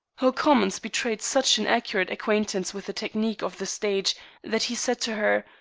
her comments betrayed such an accurate acquaintance with the technique of the stage that he said to her,